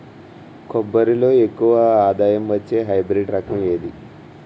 కొబ్బరి లో ఎక్కువ ఆదాయం వచ్చే హైబ్రిడ్ రకం ఏది?